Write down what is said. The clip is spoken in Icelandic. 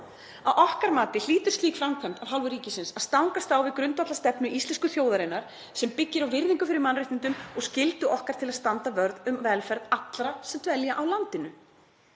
Að okkar mati hlýtur slík framkvæmd af hálfu ríkisins að stangast á við grundvallarstefnu íslensku þjóðarinnar sem byggir á virðingu fyrir mannréttindum og skyldu okkar til að standa vörð um velferð allra sem dvelja á landinu.